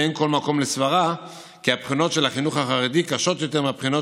ואין כל מקום לסברה כי הבחינות של החינוך החרדי קשות יותר מהבחינות